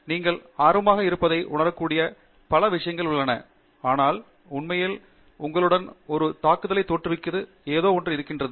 நீங்கள் ஆர்வமாக இருப்பதை உணரக்கூடிய பல விஷயங்கள் உள்ளன ஆனால் உண்மையில் உங்களுடன் ஒரு நாண் தாக்குதலைத் தோற்றுவிக்கும் ஏதோ ஒன்று இருக்கிறது